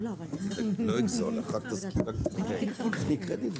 מאפריל 2022,